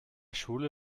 schule